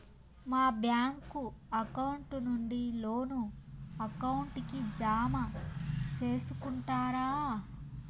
మా bank account నుండి loan account కి జామ సేసుకుంటారా?